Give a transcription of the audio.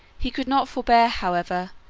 he could not forbear, however,